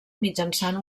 mitjançant